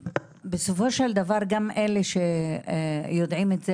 בסופו של דבר גם אלה שיודעים את זה